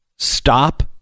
stop